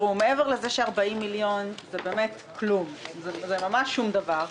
מעבר לכך שזה סכום ממש שום דבר,